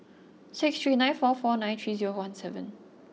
six three nine four four nine three zero one seven